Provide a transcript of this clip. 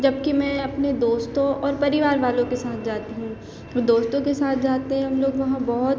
जब कि मैं अपने दोस्तों और परिवार वालों के साथ जाती हूँ दोस्तों के साथ जाते हैं हम लोग वहाँ बहुत